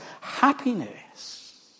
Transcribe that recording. happiness